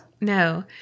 No